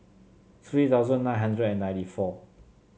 three thousand nine hundred and ninety four